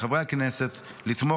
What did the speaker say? חבר הכנסת ארז מלול,